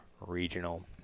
Regional